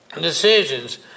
decisions